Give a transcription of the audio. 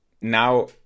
now